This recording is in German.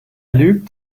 lügt